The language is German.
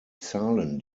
zahlen